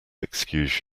excuse